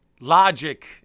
logic